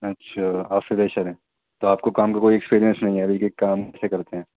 اچھا آپ فریشر ہیں تو آپ کو کام کا کوئی ایکسپریئنس نہیں ہے ابھی کہ کام کیسے کرتے ہیں